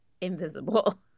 invisible